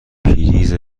پریز